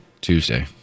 Tuesday